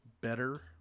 better